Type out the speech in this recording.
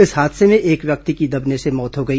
इस हादसे में एक व्यक्ति की दबने से मौत हो गई